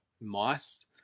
mice